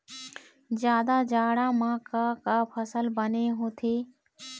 जादा जाड़ा म का का फसल बने होथे?